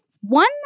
one